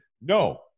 No